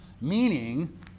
Meaning